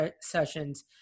sessions